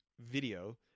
video